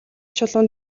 чулуун